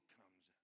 comes